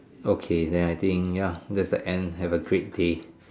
okay then I think ya that's the end have a great day